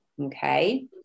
okay